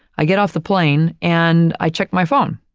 i get off the plane and i checked my phone.